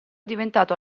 diventato